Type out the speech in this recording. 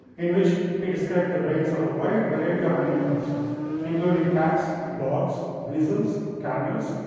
in which he described the brains of a wide variety of animals including cats, dogs, weasels, camels,